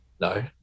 No